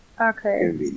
Okay